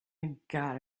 gotta